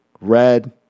red